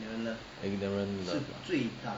ignorant love lah